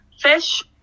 fish